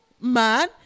man